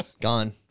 gone